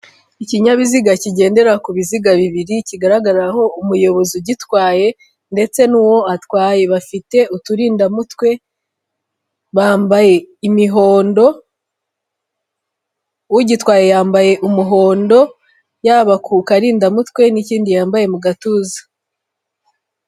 Ikinyabiziga kigendera ku biziga bibiri kigaragaraho umuyobozi ugitwaye ndetse n'uwo atwaye, bafite uturindadamutwe bambaye imihondo, ugitwaye yambaye umuhondo yaba ku karindamutwe n'ikindi yambaye mu gatuza.